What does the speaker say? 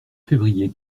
février